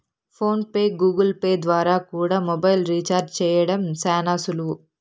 phone pay, Google Pay ద్వారా కూడా mobile recharge చేయడం శానా సులువు